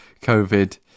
COVID